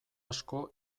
asko